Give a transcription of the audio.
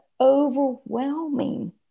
overwhelming